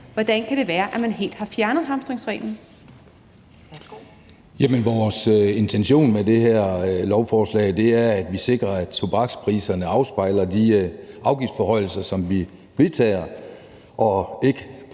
Kjærsgaard): Værsgo. Kl. 19:38 Troels Ravn (S): Vores intention med det her lovforslag er, at vi sikrer, at tobakspriserne afspejler de afgiftsforhøjelser, som vi vedtager,